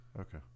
Okay